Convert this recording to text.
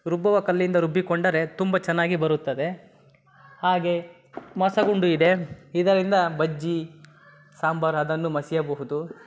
ರುಬ್ಬುವ ಕಲ್ಲಿಂದ ರುಬ್ಬಿಕೊಂಡರೆ ತುಂಬ ಚೆನ್ನಾಗಿ ಬರುತ್ತದೆ ಹಾಗೇ ಮಸಗುಂಡು ಇದೆ ಇದರಿಂದ ಬಜ್ಜಿ ಸಾಂಬಾರು ಅದನ್ನು ಮಸೆಯಬಹುದು